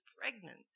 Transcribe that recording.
pregnant